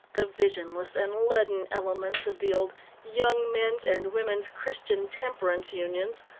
the visionless and leaden elements of the old young men's and women's christian temperance unions,